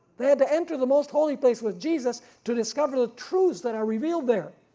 they had to enter the most holy place with jesus to discover the truths that i revealed there.